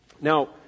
Now